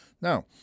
Now